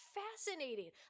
fascinating